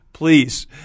please